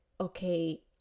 okay